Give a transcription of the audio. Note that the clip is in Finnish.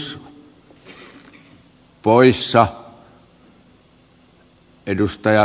arvoisa puhemies